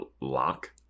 lock